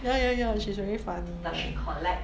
ya ya ya she's very funny [one]